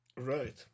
Right